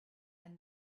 and